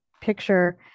picture